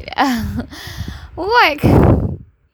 what